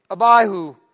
Abihu